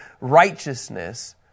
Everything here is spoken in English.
righteousness